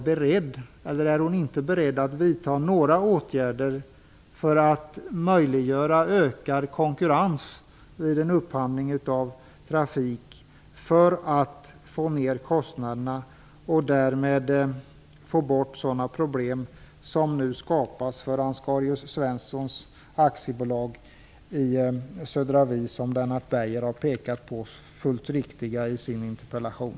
Beijer har pekat på i sin interpellation.